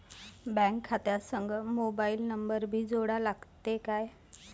Bank खात्या संग mobile number भी जोडा लागते काय?